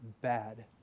bad